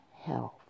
Health